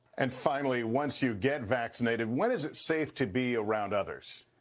and finally, once you get vaccinated when is it safe to be around others?